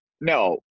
No